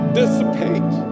dissipate